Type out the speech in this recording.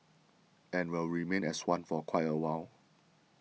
and will remain as one for quite a while